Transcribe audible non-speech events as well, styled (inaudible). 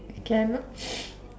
cannot (noise)